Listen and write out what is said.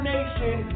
Nation